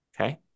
Okay